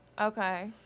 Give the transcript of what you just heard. Okay